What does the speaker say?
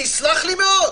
תסלח לי מאוד,